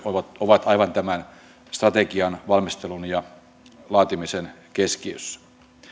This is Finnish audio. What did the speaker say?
ovat ovat aivan tämän strategian valmistelun ja laatimisen keskiössä